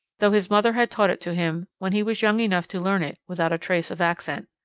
though his mother had taught it to him when he was young enough to learn it without a trace of accent.